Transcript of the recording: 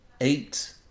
eight